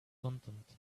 content